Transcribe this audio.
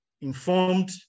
informed